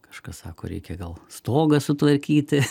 kažkas sako reikia gal stogą sutvarkyti